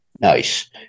Nice